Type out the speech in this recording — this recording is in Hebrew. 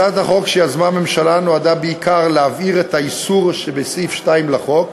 הצעת החוק שיזמה הממשלה נועדה בעיקר להבהיר את האיסור שבסעיף 2 לחוק,